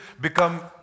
become